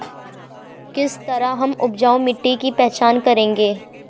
किस तरह हम उपजाऊ मिट्टी की पहचान करेंगे?